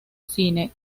cine